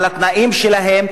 אבל התנאים שלהם,